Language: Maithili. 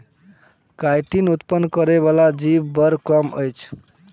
काइटीन उत्पन्न करय बला जीव बड़ कम अछि